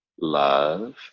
love